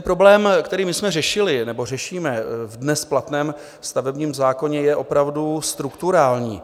Problém, který jsme řešili nebo řešíme v dnes platném stavebním zákoně, je opravdu strukturální.